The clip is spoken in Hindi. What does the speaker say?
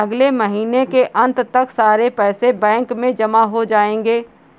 अगले महीने के अंत तक सारे पैसे बैंक में जमा हो जायेंगे